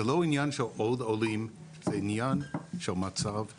זה לא עניין של עוד עולים, זה עניין של מצב חירום.